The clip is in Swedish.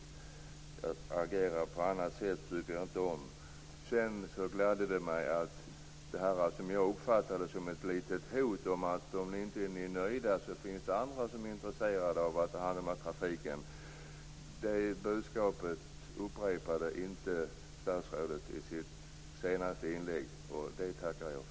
Jag skulle inte tycka om att man agerade på något annat sätt. Det gladde mig att det budskap som jag uppfattade som ett litet hot, dvs. att "om ni inte är nöjda finns det andra som är intresserade av att ta hand om trafiken", inte upprepades av statsrådet i hennes sista inlägg. Det tackar jag för.